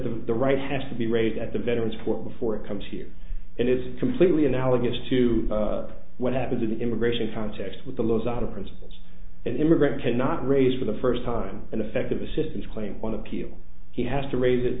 the the right has to be raised at the veterans for before it comes here and is completely analogous to what happens in the immigration context with the lozada principles and immigrant cannot raise for the first time an effective assistance claim on appeal he has to raise it